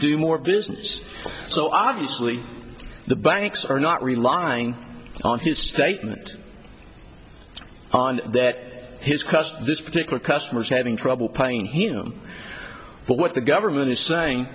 do more business so obviously the banks are not relying on his statement on that his quest this particular customer is having trouble paying him but what the government is saying